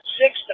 six